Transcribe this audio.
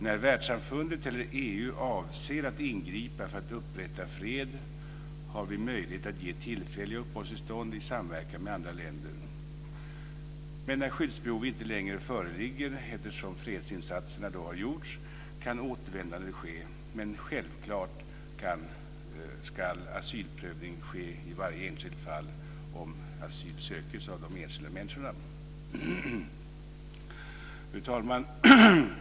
När världssamfundet eller EU avser att ingripa för att upprätta fred har vi möjlighet att ge tillfälliga uppehållstillstånd i samverkan med andra länder. Men när fredsinsatserna har gjorts och skyddsbehov inte längre föreligger kan återvändande ske. Men självfallet ska asylprövning ske i varje enskilt fall, om asyl söks av enskilda människor. Fru talman!